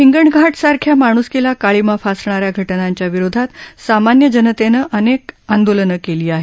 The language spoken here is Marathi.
हिंगणघाट सारख्या माणुसकीला काळिमा फासणाऱ्या काही घटनांच्या विरोधात सामान्य जनतेनं अनेक आंदोलनं केली आहेत